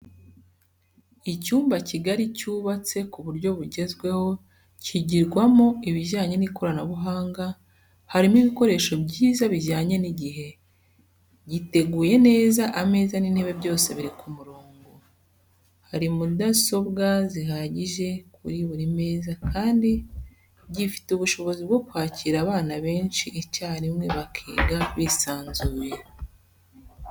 Icyumba kigari cyubatse ku buryo bugezweho cyigirwamo ibijyanye n'ikoranabuhanga harimo ibikoresho byiza bijyanye n'igihe, giteguye neza ameza n'intebe byose biri ku murongo, hari mudasobwa zihagije kuri buri meza kandi gifite ubushobozi bwo kwakira abana benshi icyarimwe bakiga bisanzuye.